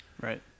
Right